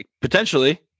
potentially